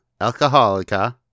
Alcoholica